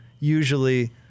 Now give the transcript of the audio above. usually